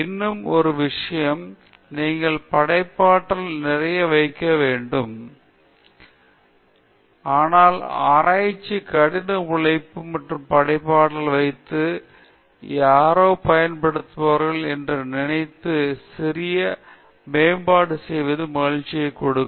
இன்னும் ஒரு விஷயம் நீங்கள் படைப்பாற்றல் நிறைய வைக்க முடியும் அப்போதுதான் அனைத்து விஷயங்களுக்கும் அங்கீகாரம் கிடைக்கும் ஆனால் நாம் ஆராய்ச்சி கடின உழைப்பு மற்றும் படைப்பாற்றல் வைத்து யாரோ பயன்படுத்துவார்கள் என்று நினைத்து சிறிய மேம்பாடு செய்வது மகிழ்ச்சியை கொடுக்கும்